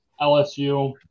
LSU